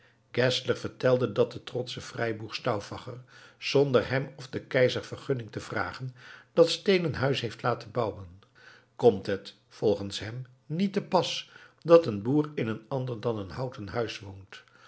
geszler vertelde dat die trotsche vrijboer stauffacher zonder hem of den keizer vergunning te vragen dat steenen huis heeft laten bouwen komt het volgens hem niet te pas dat een boer in een ander dan een houten huis woont